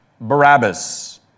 Barabbas